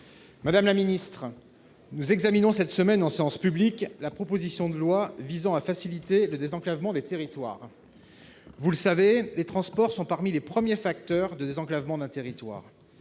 des transports. Nous examinerons cette semaine en séance publique la proposition de loi visant à faciliter le désenclavement des territoires. Vous le savez, madame la ministre, les transports sont parmi les premiers facteurs de désenclavement d'un territoire.